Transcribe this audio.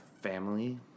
family